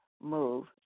move